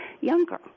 younger